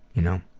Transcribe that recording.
you know,